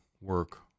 work